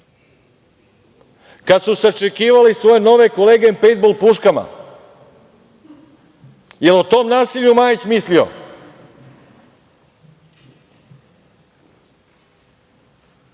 Kada su sačekivali svoje nove kolege pejntbol puškama? Jel o tom nasilju Majić mislio? Ne